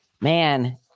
man